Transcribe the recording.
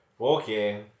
Okay